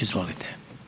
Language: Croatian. Izvolite.